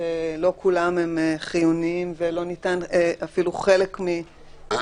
שלא כולם הם חיוניים ולא ניתן אפילו חלק --- אני